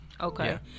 Okay